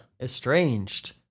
estranged